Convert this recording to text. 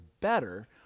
better